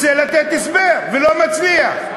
ולא מצליח.